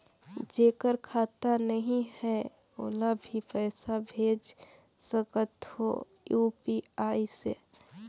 जेकर खाता नहीं है ओला भी पइसा भेज सकत हो यू.पी.आई से?